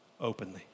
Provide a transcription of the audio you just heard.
openly